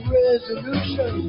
resolution